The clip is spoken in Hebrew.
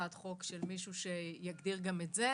הצעת חוק של מישהו שאולי יגדיר גם את זה.